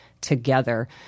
together